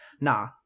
Nah